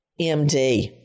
MD